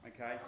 Okay